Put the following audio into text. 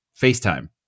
FaceTime